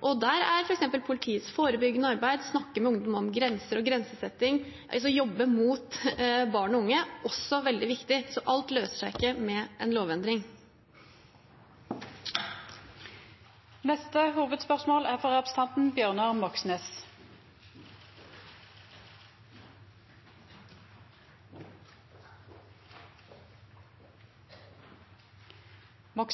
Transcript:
og der er f.eks. politiets forebyggende arbeid, å snakke med ungdom om grenser og grensesetting, å jobbe mot barn og unge, også veldig viktig. Så alt løser seg ikke med en lovendring. Me går